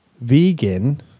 vegan